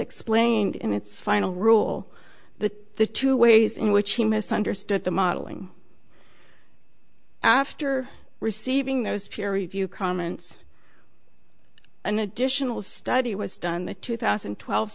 explained in its final rule that the two ways in which he misunderstood the modeling after receiving those peer review comments an additional study was done the two thousand and twelve